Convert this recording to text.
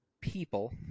people